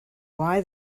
why